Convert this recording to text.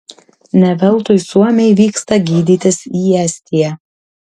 ne veltui suomiai vyksta gydytis į estiją